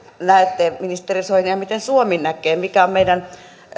näette ministeri soini ja miten suomi näkee sen mikä on meidän